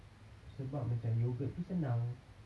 sebab macam yogurt tu senang